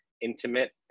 intimate